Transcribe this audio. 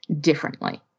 differently